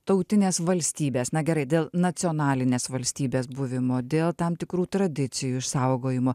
tautinės valstybės na gerai dėl nacionalinės valstybės buvimo dėl tam tikrų tradicijų išsaugojimo